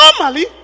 Normally